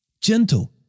gentle